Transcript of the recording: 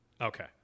Okay